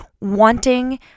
wanting